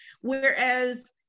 Whereas